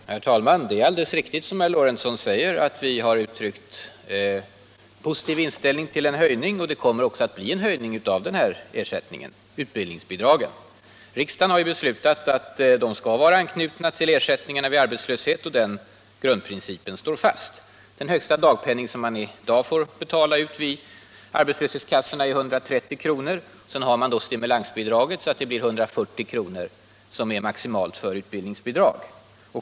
Herr talman! Det är alldeles riktigt som herr Lorentzon i Kramfors säger att vi har uttryckt en positiv inställning till en höjning. Det kommer också att bli en höjning av utbildningsbidragen. Riksdagen har beslutat att de skall vara anknutna till ersättningen vid arbetslöshet och den grundprincipen står fast. Den högsta dagpenning som man i dag får betala ut vid arbetslöshetskassorna är 130 kr. Sedan har man stimulansbidraget, och det blir alltså hittills 140 kr. maximalt i utbildningsbidrag.